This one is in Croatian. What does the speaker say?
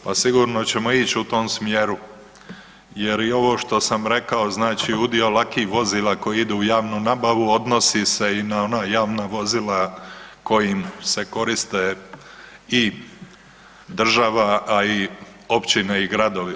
Pa sigurno ćemo ići u tom smjeru jer i ovo što sam rekao znači udio lakih vozila koji idu u javnu nabavu odnosi se i na ona javna vozila kojim se koriste i država, a i općine i gradovi.